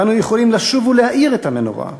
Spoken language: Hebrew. ואנו יכולים לשוב ולהאיר את המנורה,